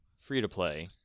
free-to-play